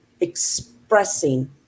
expressing